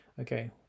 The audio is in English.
okay